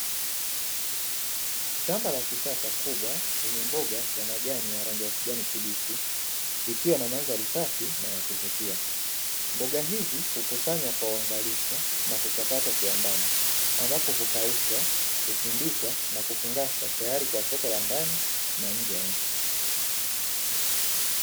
Shamba la kisasa kubwa lenye mboga ya rangi ya kijani kibichi, likiwa na mandhari safi na ya kuvutia. Mboga hizi hukusanywa kwa uangalifu na kuchakatwa kiwandani ambapo hukaushwa, husindikwa na kufungashwa tayari kwa soko la ndani na nje ya nchi.